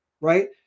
right